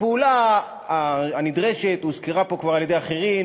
הפעולה הנדרשת הוזכרה פה כבר על-ידי אחרים,